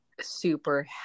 super